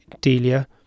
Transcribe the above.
Delia